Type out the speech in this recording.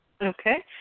Okay